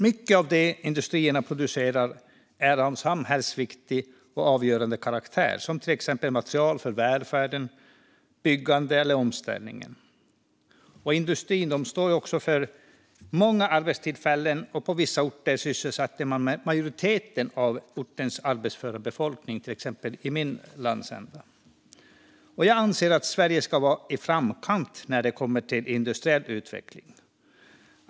Mycket av det industrierna producerar är av samhällsviktig och avgörande karaktär, som till exempel material för välfärden, byggandet eller omställningen. Industrin står också för många arbetstillfällen. På vissa orter sysselsätter man majoriteten av den arbetsföra befolkningen, till exempel i min landsända. Jag anser att Sverige ska vara i framkant när det kommer till industriell utveckling.